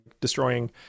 destroying